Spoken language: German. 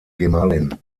gemahlin